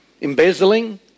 embezzling